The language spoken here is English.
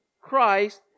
Christ